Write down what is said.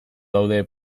daude